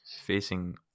facing